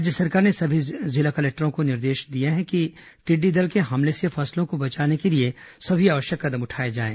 राज्य सरकार ने सभी कलेक्टरों को निर्देश दिया है कि टिड्डी दल के हमले से फसलों को बचाने के लिए सभी आवश्यक कदम उठाएं